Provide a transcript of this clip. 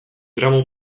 gramo